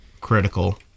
critical